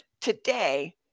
today